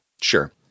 sure